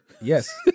Yes